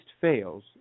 fails